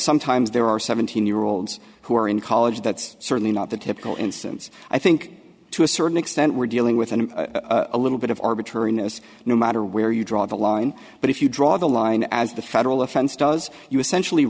sometimes there are seventeen year olds who are in college that's certainly not the typical instance i think to a certain extent we're dealing with an a little of arbitrariness no matter where you draw the line but if you draw the line as the federal offense does you essentially